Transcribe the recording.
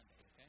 okay